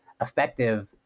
effective